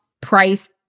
price